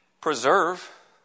preserve